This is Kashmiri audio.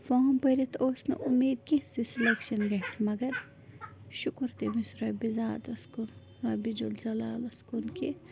فام بٔرِتھ اوس نہٕ اُمید کیٚنٛہہ زِ سِلیکشَن گَژھِ مگر شُکر تٔمِس رۄبِ زاتَس کُن رۄبہِ زوالجلالس کُن کہِ